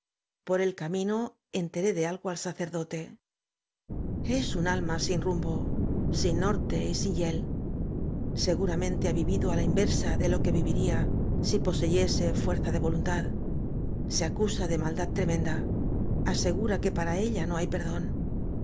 por el camino enteré de algo al sacerdote es un alma sin rumbo sin norte y sin hiél seguramente ha vivido á la inversa de lo que viviría si poseyese fuerza de voluntad se acusa de maldad tremenda asegura que para ella no hay perdón